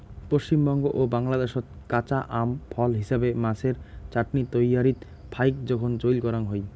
পশ্চিমবঙ্গ ও বাংলাদ্যাশত কাঁচা আম ফল হিছাবে, মাছের চাটনি তৈয়ারীত ফাইক জোখন চইল করাং হই